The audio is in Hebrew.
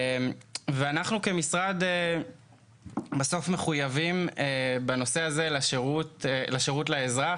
אנחנו כמשרד מחויבים בסוף בנושא הזה לשירות לאזרח.